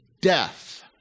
death